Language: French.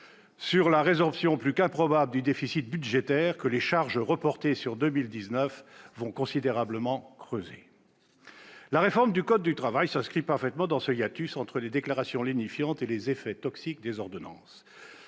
sur la résorption, plus qu'improbable, du déficit budgétaire, que les charges reportées sur 2019 vont considérablement creuser. La réforme du code du travail relève parfaitement de ce hiatus entre les déclarations lénifiantes et les effets toxiques des ordonnances.